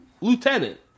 lieutenant